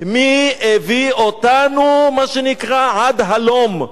מי הביא אותנו, מה שנקרא, עד הלום?